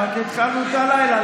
רק התחלנו את הלילה.